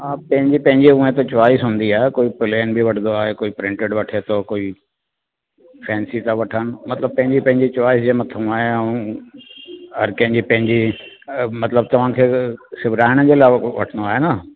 हा पंहिंजे पंहिंजे हूअं त चॉइस हूंदी आहे कोई प्लेन बि वठंदो आहे कोई प्रिंटेड वठे थो कोई फैन्सी था वठनि मतलबु पंहिंजी पंहिंजी चॉइस जे मथो आहे ऐं हर कंहिंजी पंहिंजी मतलबु तव्हांखे सुभाराइण जे लाइ वठिणो आहे न